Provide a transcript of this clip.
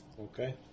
Okay